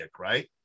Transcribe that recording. right